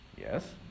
Yes